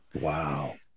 wow